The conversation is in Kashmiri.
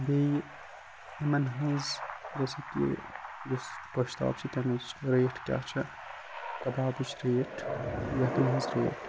بیٚیہِ یِمَن ہٕنٛز جیسے کہِ یُس گۄشتاب چھِ تمِچ ریٹ کیٛاہ چھِ کبابٕچ ریٹ یکھنہِ ہٕنٛز ریٹ